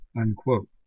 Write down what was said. unquote